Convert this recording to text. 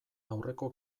aurreko